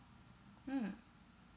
mm